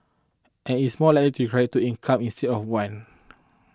and it is more likely to require two incomes instead of one